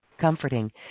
Comforting